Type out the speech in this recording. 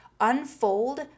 unfold